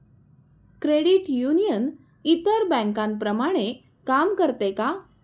Credit union इतर बँकांप्रमाणे काम करते का?